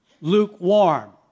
Lukewarm